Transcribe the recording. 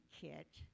kit